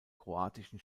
kroatischen